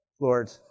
Lord